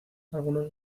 algunos